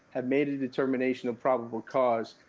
have made a determination of probable cause,